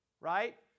right